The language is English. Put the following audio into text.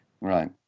Right